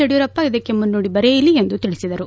ಯಡಿಯೂರಪ್ಪ ಇದಕ್ಕೆ ಮುನ್ನುಡಿ ಬರೆಯಲಿ ಎಂದು ತಿಳಿಸಿದರು